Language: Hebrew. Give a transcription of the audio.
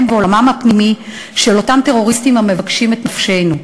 ועולמם הפנימי של אותם טרוריסטים המבקשים את נפשנו,